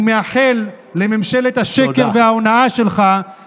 אני מאחל לממשלת השקר וההונאה שלך, תודה.